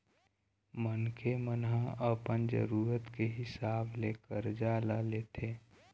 मनखे मन ह अपन जरुरत के हिसाब ले करजा ल लेथे